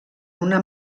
una